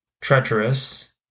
treacherous